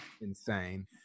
insane